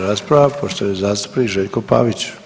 rasprava poštovani zastupnik Željko Pavić.